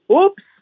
oops